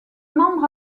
membre